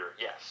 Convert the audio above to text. yes